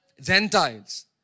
Gentiles